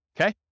Okay